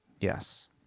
Yes